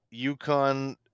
UConn